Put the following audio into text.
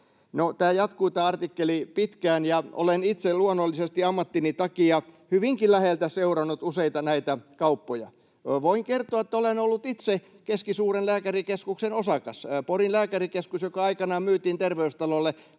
No, tämä artikkeli jatkuu pitkään, ja olen itse luonnollisesti ammattini takia hyvinkin läheltä seurannut useita näistä kaupoista. Voin kertoa, että olen ollut itse keskisuuren lääkärikeskuksen osakas. [Pauli Kiuru: Oho!] Porin Lääkärikeskus myytiin aikanaan Terveystalolle,